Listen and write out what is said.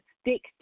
stick